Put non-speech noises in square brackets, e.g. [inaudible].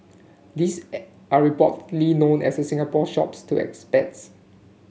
these [unintelligible] are reportedly known as Singapore Shops to expats